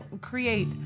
create